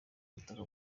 butaka